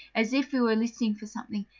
as if he were listening for something,